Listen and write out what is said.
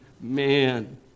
man